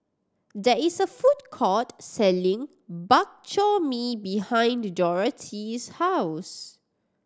there is a food court selling Bak Chor Mee behind the Dorathea's house